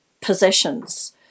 possessions